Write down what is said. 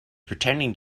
pretending